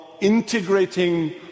integrating